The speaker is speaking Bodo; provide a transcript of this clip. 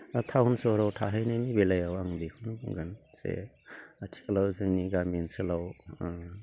बा टाउन सहराव थाहैनायनि बेलायाव आं बेखौनो बुंगोन जे आथिखालाव जोंनि गामि ओनसोलाव